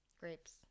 Grapes